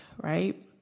right